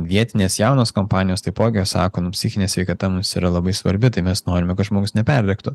vietinės jaunos kompanijos taipogi jos sako nu psichinė sveikata mūsų yra labai svarbi tai mes norime kad žmogus neperdegtų